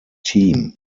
team